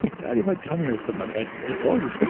daddy, my tummy hurts. i'm like, i so i told you, so